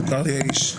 מוכר לי האיש...